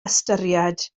ystyried